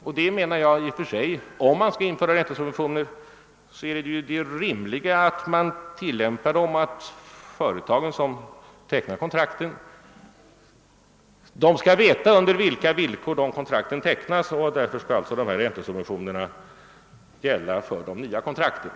Om man skall införa räntesubventioner är det i och för sig rimligt att de företag som tecknar kontrakten skall veta vilka villkor som gäller, och därför skall alltså dessa räntesubventioner avse de nya kontrakten.